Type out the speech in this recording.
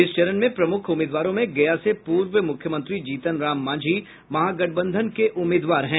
इस चरण में प्रमुख उम्मीदवारों में गया से पूर्व मुख्यमंत्री जीतन राम मांझी महागठबंधन के उम्मीदवार हैं